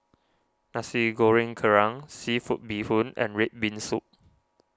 Nasi Goreng Kerang Seafood Bee Hoon and Red Bean Soup